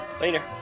Later